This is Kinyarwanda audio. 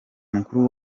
mukuru